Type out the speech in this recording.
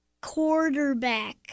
quarterback